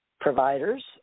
providers